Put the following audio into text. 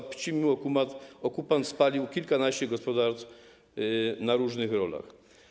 W Pcimiu okupant spalił kilkanaście gospodarstw na różnych rolach.